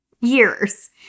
years